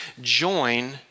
join